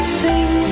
sing